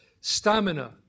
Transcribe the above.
stamina